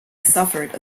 suffered